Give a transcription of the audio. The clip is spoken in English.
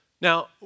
Now